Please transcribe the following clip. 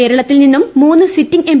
കേരളത്തിൽ നിന്നും മൂന്ന് സിറ്റിംഗ് എം